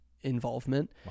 involvement